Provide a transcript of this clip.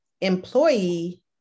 employee